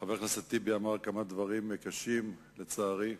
חבר הכנסת טיבי אמר כמה דברים קשים, לצערי.